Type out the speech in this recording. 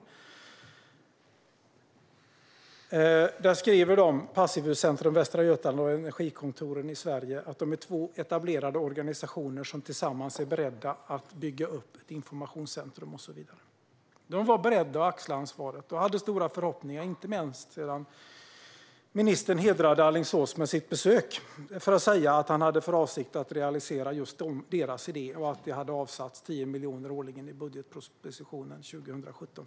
Jag har det med mig här. Där skriver Passivhuscentrum Västra Götaland och Energikontoren Sverige att de är två etablerade organisationer som tillsammans är beredda att bygga upp ett informationscentrum. De var alltså beredda att axla ansvaret och hade stora förhoppningar, inte minst sedan ministern hedrade Alingsås med sitt besök för att säga att han hade för avsikt att realisera deras idé och att 10 miljoner hade avsatts för detta årligen i budgetpropositionen för 2017.